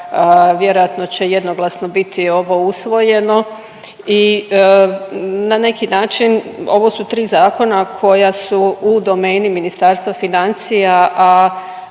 vjerojatno će jednoglasno biti ovo usvojeno i na neki način ovo su tri zakona koja su u domeni Ministarstva financija, a